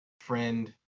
friend